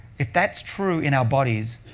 if that's true in our bodies,